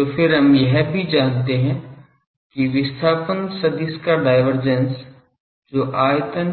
तो फिर हम यह भी जानते हैं कि विस्थापन सदिश का डायवर्जेंस जो आयतन